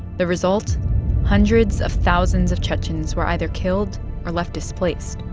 the result hundreds of thousands of chechens were either killed or left displaced